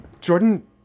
Jordan